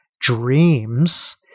dreams